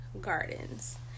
gardens